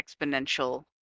exponential